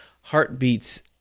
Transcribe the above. heartbeats